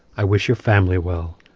i wish your family well.